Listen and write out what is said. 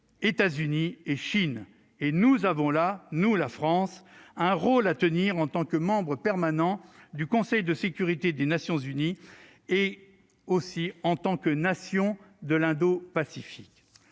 États-Unis et Chine. Nous avons là un rôle à tenir en tant que membre permanent du Conseil de sécurité des Nations unies et en tant que nation de l'Indo-Pacifique.